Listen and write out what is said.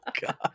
God